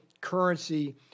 currency